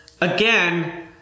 again